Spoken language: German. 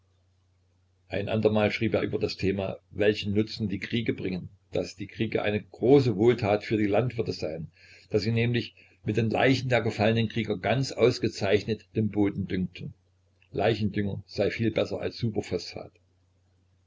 ein ander mal schrieb er über das thema welchen nutzen die kriege bringen daß die kriege eine große wohltat für die landwirte seien daß sie nämlich mit den leichen der gefallenen krieger ganz ausgezeichnet den boden düngten leichendünger sei viel besser als